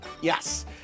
Yes